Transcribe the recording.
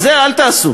את זה אל תעשו.